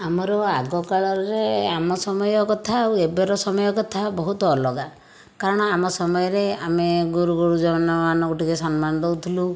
ଆମର ଆଗକାଳରେ ଆମ ସମୟ କଥା ଆଉ ଏବେର ସମୟ କଥା ବହୁତ ଅଲଗା କାରଣ ଆମ ସମୟରେ ଆମେ ଗୁରୁ ଗୁରୁଜନ ମାନଙ୍କୁ ଟିକିଏ ସମ୍ମାନ ଦେଉଥିଲୁ